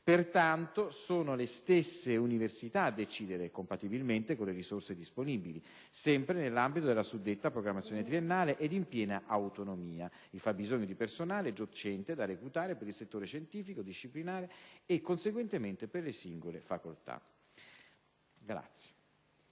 Pertanto, sono le stesse università a decidere, compatibilmente con le risorse disponibili, sempre nell'ambito della suddetta programmazione triennale ed in piena autonomia, il fabbisogno di personale docente da reclutare per il settore scientifico disciplinare e, conseguentemente per le singole facoltà.